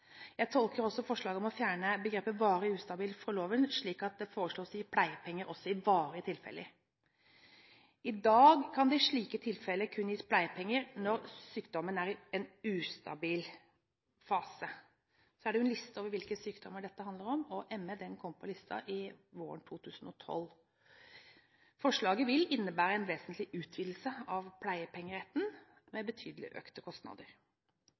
Jeg tolker forslaget om å fjerne begrepet «varig ustabil» fra loven slik at det foreslås å gi pleiepenger også i varige tilfeller. I dag kan det i slike tilfeller kun gis pleiepenger når sykdommen er i en ustabil fase. Så er det en liste over hvilke sykdommer dette handler om, og ME kom på listen våren 2012. Forslaget vil innebære en vesentlig utvidelse av pleiepengeretten, med betydelig økte kostnader.